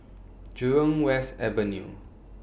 Jurong West Avenue